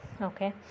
okay